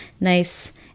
nice